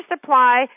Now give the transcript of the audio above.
supply